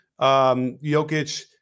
Jokic